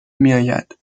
میآید